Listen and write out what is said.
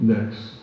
Next